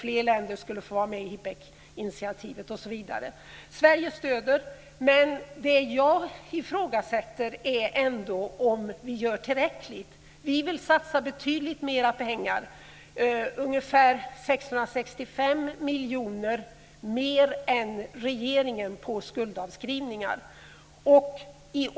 Fler länder skulle få vara med i HIPC Sverige stöder detta, men det jag ifrågasätter är ändå om vi gör tillräckligt.